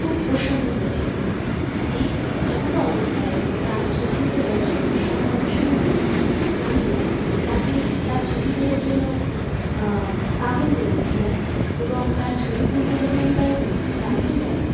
খুব প্রসন্ন হয়েছিলো এই এমতো অবস্থায় তার ছবি তোলার জন্য সব মানুষের মতনই আমিও তাকে তার ছবি তোলার জন্য পাগল হয়ে গেছিলাম এবং তার ছবি তুলতে যখন আমি তার কাছে যাই